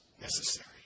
necessary